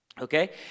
okay